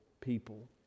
people